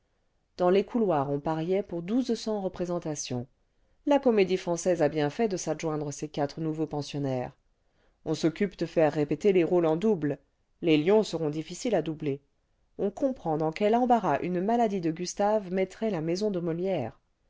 dans les couloirs on pariait pour douze cents représentations la comédie-française a bienfait de s'adjoindre ses quatre nouveaux pensionnaires pensionnaires s occupe de faire repeter les rôles en double les bons seront difficiles à doubler on comprend dans quel embarras une maladie de gustave mettrait la maison de molière